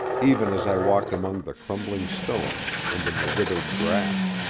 even as i walked among the crumbling stones and in the withered grass.